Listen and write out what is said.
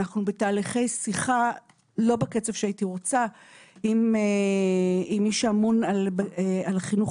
אנחנו בתהליכי שיחה לא בקצב שהייתי רוצה עם מי שאמון על החינוך